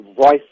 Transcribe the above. voice